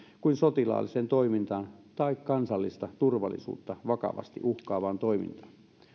kuin sotilaalliseen toimintaan tai kansallista turvallisuutta vakavasti uhkaavaan toimintaan